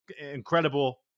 incredible –